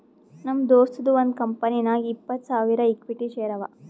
ನಮ್ ದೋಸ್ತದು ಒಂದ್ ಕಂಪನಿನಾಗ್ ಇಪ್ಪತ್ತ್ ಸಾವಿರ ಇಕ್ವಿಟಿ ಶೇರ್ ಅವಾ